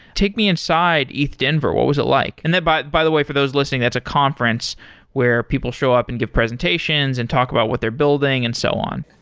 take me inside ethdenver. what was it like? and by by the way for those listening, that's a conference where people show up and give presentations and talk about what they're building and so on.